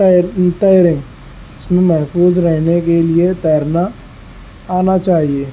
تیر تیریں اس میں محفوظ رہنے کے لیے تیرنا آنا چاہیے